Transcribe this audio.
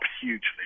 hugely